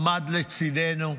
עמד לצידנו,